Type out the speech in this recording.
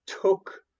took